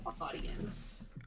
audience